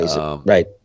Right